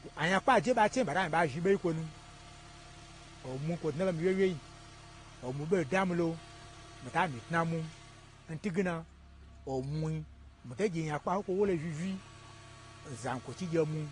to anyakpa je nɓa chenyi ɓa ta myi ɓa zhni ɓei n kwonu, omwu kwo dnalo n mii wyewyei, omwu ɓei da milo, mita myi n tnamwun, ntwuge na omwui, mito gye nya kpa hon kwo wo lo uyii uyii n zankwo chiyi n gye mwun.